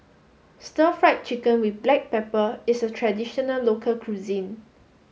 Stir Fried Chicken with Black Pepper is a traditional local cuisine